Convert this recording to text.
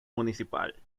municipal